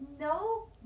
No